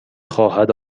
خواهد